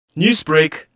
Newsbreak